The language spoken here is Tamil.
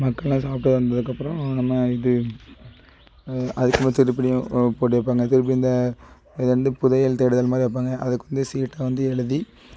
மக்கள்லாம் சாப்பிட்டு வந்ததுக்கப்பறம் நம்ம இது அதுக்கப்பறோம் திருப்பிடியும் போட்டி வைப்பாங்க திருப்பியும் இந்த இது வந்து புதையல் தேடுதல் மாதிரி வைப்பாங்க அதுக்கு வந்து சீட்டை வந்து எழுதி